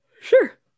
Sure